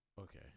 okay